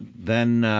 then, ah,